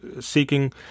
seeking